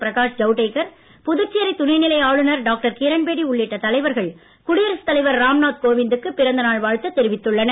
பிரகாஷ் ஜவடேகர் புதுச்சேரி துணைநிலை ஆளுநர் டாக்டர் கிரண்பேடி உள்ளிட்ட தலைவர்கள் குடியரசுத் தலைவர் ராம்நாத் கோவிந்த்துக்கு பிறந்த நாள் வாழ்த்து தெரிவித்துள்ளனர்